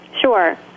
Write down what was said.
Sure